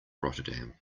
rotterdam